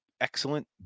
excellent